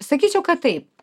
sakyčiau kad taip